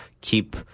keep